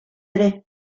ere